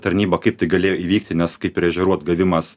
tarnybą kaip tai galėjo įvykti nes kaip ir ežerų atgavimas